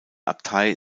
abtei